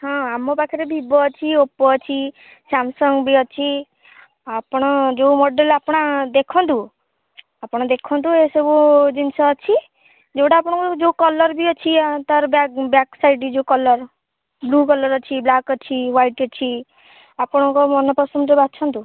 ହଁ ଆମ ପାଖରେ ଭିବୋ ଅଛି ଓପୋ ଅଛି ସ୍ୟାମସଙ୍ଗ ବି ଅଛି ଆପଣ ଯେଉଁ ମଡ଼େଲ୍ ଆପଣ ଦେଖନ୍ତୁ ଆପଣ ଦେଖନ୍ତୁ ଏସବୁ ଜିନିଷ ଅଛି ଯେଉଁଟା ଆପଣଙ୍କୁ ଯେଉଁ କଲର୍ ବି ଅଛି ତା'ର ବ୍ୟାକ୍ ବ୍ୟାକ୍ ସାଇଡ଼୍ ଯେଉଁ କଲର୍ ବ୍ଲୁ କଲର୍ ଅଛି ବ୍ଲାକ୍ ଅଛି ହ୍ୱାଇଟ୍ ଅଛି ଆପଣଙ୍କ ମନପସନ୍ଦର ବାଛନ୍ତୁ